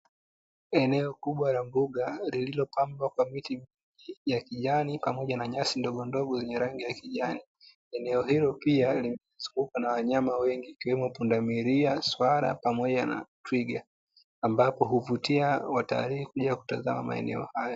Eneo kubwa la mbuga lililopambwa kwa miti ya kijani pamoja na nyasi ndogondogo zenye rangi ya kijani. Eneo hilo pia limezungukwa na wanyama wengi ikiwemo, pundamilia na swala pamoja na twiga, ambapo huvutia watalii kuja kutazama maeneo hayo.